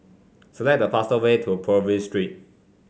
select the fastest way to Purvis Street